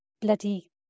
bloody